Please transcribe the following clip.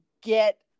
get